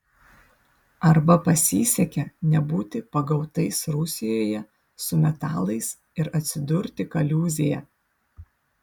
arba pasisekė nebūti pagautais rusijoje su metalais ir atsidurti kaliūzėje